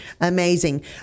amazing